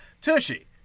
Tushy